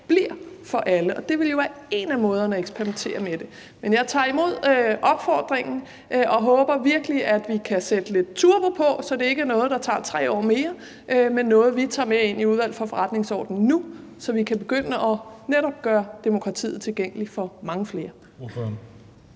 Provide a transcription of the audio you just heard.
bliver for alle, og det ville jo være en af måderne at eksperimentere med det på. Men jeg tager imod opfordringen og håber virkelig, at vi kan sætte lidt turbo på, så det ikke er noget, der tager 3 år mere, men noget, vi tager med ind i Udvalget for Forretningsordenen nu, så vi netop kan begynde at gøre demokratiet tilgængeligt for mange flere.